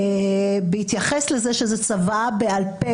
בהתייחס לזה שזו צוואה בעל-פה,